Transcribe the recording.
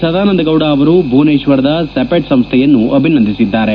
ಸದಾನಂದ ಗೌಡ ಅವರು ಭುವನೇಶ್ವರದ ಸಿಪೆಟ್ ಸಂಶ್ಲೆಯನ್ನು ಅಭಿನಂದಿಸಿದ್ದಾರೆ